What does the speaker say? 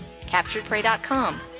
CapturedPrey.com